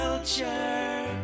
Culture